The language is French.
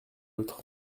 l’autre